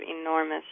enormous